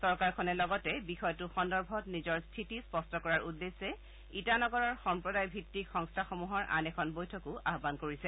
চৰকাৰখনে লগতে বিষয়টো সন্দৰ্ভত নিজৰ স্থিতি স্পষ্ট কৰাৰ উদ্দেশ্যে ইটানগৰৰ সম্প্ৰদায় ভিত্তিক সংস্থাসমূহৰ আন এখন বৈঠকো আহ্বান কৰিছে